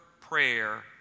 prayer